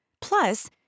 Plus